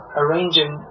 arranging